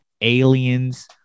aliens